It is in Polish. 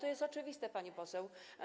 To jest oczywiste, pani poseł.